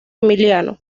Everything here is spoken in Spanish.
emiliano